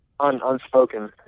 unspoken